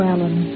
Alan